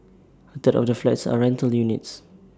A third of the flats are rental units